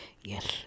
Yes